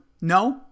no